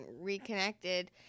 reconnected